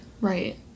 right